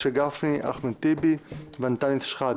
משה גפני, אחמד טיבי ואנטאנס שחאדה.